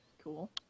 Cool